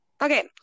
Okay